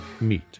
MEET